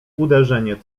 uderzenie